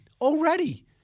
Already